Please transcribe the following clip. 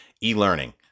e-learning